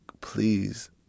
please